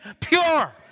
pure